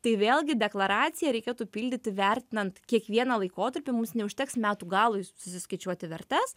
tai vėlgi deklaraciją reikėtų pildyti vertinant kiekvieną laikotarpį mums neužteks metų galui susiskaičiuoti vertes